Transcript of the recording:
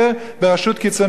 בראשות קיצוני השמאל,